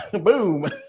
boom